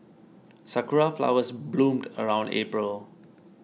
sakura flowers bloom around April